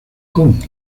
kong